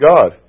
God